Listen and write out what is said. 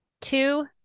Two